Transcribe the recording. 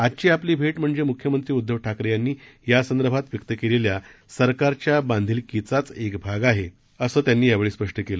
आजची आपली भेट म्हणजे मुख्यमंत्री उद्दव ठाकरे यांनी यासंदर्भात व्यक्त केलेल्या सरकारच्या बांधिलकीचाच एक भाग आहे असही त्यांनी यावेळी स्पष्ट केलं